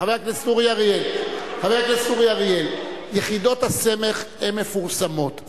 חבר הכנסת אורי אריאל: יחידות הסמך הן מפורסמות.